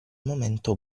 momento